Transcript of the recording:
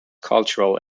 cultural